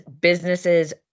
businesses